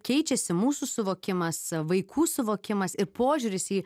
keičiasi mūsų suvokimas vaikų suvokimas ir požiūris į